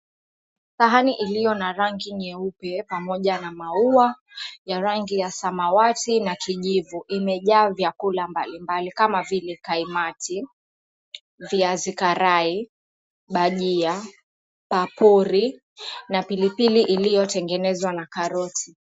Sahani iliyo ya rangi nyeupe pamoja na maua ya ramgi ya samawati na kijivu imejaa vyakula mbalimbali kama vile kaimati, viazi karai, bajia, papuri na pilipili iliyotengenezwa na karoti.